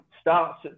starts